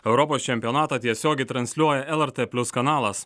europos čempionatą tiesiogiai transliuoja lrt plius kanalas